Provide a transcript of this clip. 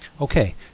Okay